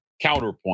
Counterpoint